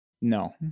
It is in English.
No